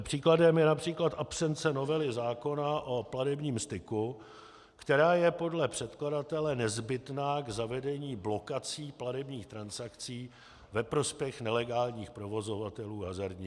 Příkladem je například absence novely zákona o platebním styku, která je podle předkladatele nezbytná k zavedení blokací platebních transakcí ve prospěch nelegálních provozovatelů hazardních her.